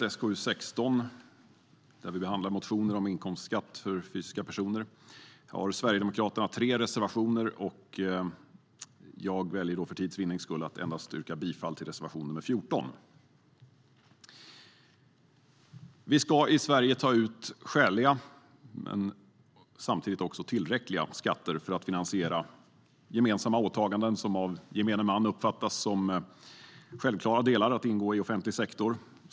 I betänkande SkU16, där vi behandlar motioner om inkomstskatt för fysiska personer, har Sverigedemokraterna tre reservationer, men för tids vinnande väljer jag att yrka bifall endast till reservation 14.Vi ska i Sverige ta ut skäliga men tillräckliga skatter för att finansiera gemensamma åtaganden som av gemene man uppfattas som självklara delar att ingå i offentlig sektor.